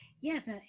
Yes